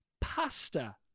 pasta